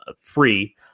free